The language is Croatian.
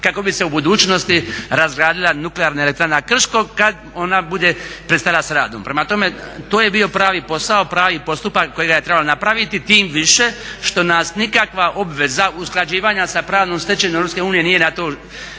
kako bi se u budućnosti razgradila Nuklearna elektrana Krško kad ona bude prestala s radom. Prema tome to je bio pravi posao, pravi postupak kojega je trebalo napraviti, tim više što nas nikakva obveza usklađivanja sa pravnom stečevinom